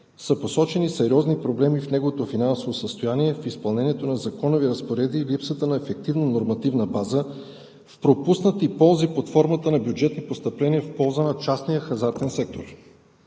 посочени сериозни проблеми в неговото финансово състояние, в изпълнението на законови разпоредби и липсата на ефективна нормативна база, в пропуснати ползи под формата на бюджетни постъпления в полза на частния хазартен сектор.